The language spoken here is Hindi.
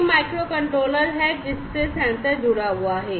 यह microcontroller है जिससे सेंसर जुड़ा हुआ है